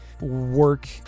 work